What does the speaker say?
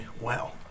wow